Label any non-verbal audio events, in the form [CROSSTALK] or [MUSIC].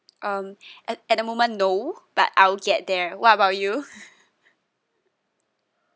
um [BREATH] at at the moment no but I'll get there what about you [LAUGHS]